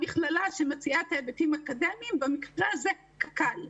המכללה שמציעה את ההיבטים האקדמיים ובמקרה הזה קק"ל.